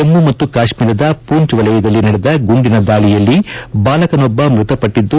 ಜಮ್ಮು ಮತ್ತು ಕಾಶ್ಮೀರದ ಪೂಂಚ್ ವಲಯದಲ್ಲಿ ನಡೆದ ಗುಂಡಿನ ದಾಳಿಯಲ್ಲಿ ಬಾಲಕನೊಬ್ಬ ಮೃತಪಟ್ಟಿದ್ದು